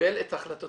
קיבל את החלטותיו